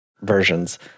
versions